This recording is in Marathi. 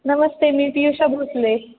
नमस्ते मी पियूषा भोसले